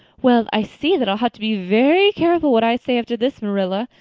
well, i see that i'll have to be very careful what i say after this, marilla,